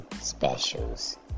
specials